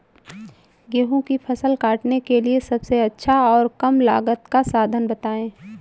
गेहूँ की फसल काटने के लिए सबसे अच्छा और कम लागत का साधन बताएं?